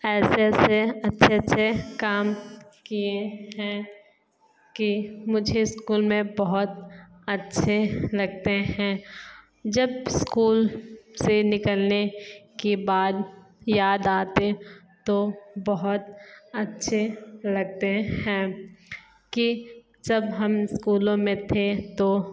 ऐसे ऐसे अच्छे अच्छे काम किए हैं कि मुझे स्कूल में बहुत अच्छे लगते हैं जब स्कूल से निकलने के बाद याद आते तो बहुत अच्छे लगते हैं कि जब हम स्कूलों में थे तो